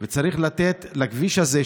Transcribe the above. וצריך לתת לכביש הזה,